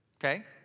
Okay